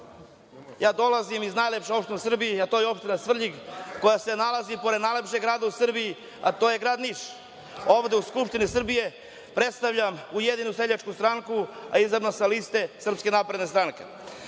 Ja dolazim iz najlepše opštine u Srbiji, a to je opština Svrljig, koja se nalazi pored najlepšeg grada u Srbiji, a to je Grad Niš. Ovde u Skupštini Srbije predstavljam Ujedinjenu seljačku stranku, a izabran sam sa liste SNS.Šta sam